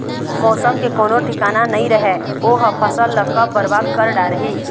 मउसम के कोनो ठिकाना नइ रहय ओ ह फसल ल कब बरबाद कर डारही